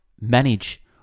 manage